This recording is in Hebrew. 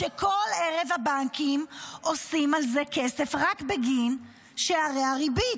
כל ערב הבנקים עושים על זה כסף רק בגין שערי הריבית.